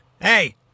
hey